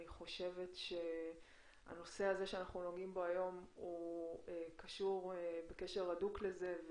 אני חושבת שהנושא הזה שאנחנו נוגעים בו היום קשור קשר הדוק לזה.